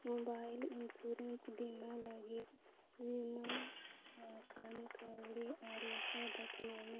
mobile insurance ᱵᱤᱢᱟ ᱞᱟᱹᱜᱤᱫ ᱵᱤᱢᱟ ᱟᱠᱟᱱ ᱠᱟᱣᱰᱤ ᱟᱨᱮᱥᱟᱭ ᱵᱟᱪᱷᱟᱣ ᱢᱮ